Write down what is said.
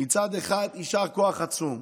מצד אחד יישר כוח עצום,